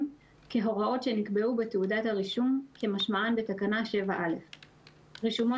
כהוראות שנקבעו בתעודת הרישום כמשמען בתקנה 7(א); רישומו